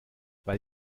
weil